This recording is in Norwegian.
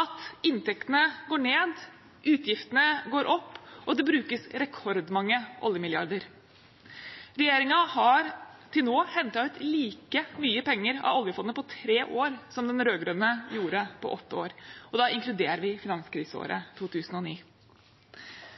at inntektene går ned, utgiftene går opp, og det brukes rekordmange oljemilliarder. Regjeringen har til nå hentet ut like mye penger av oljefondet på tre år som det den rød-grønne gjorde på åtte år, og da inkluderer vi finanskriseåret 2009.